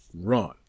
run